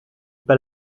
pas